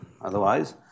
Otherwise